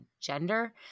gender